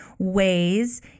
ways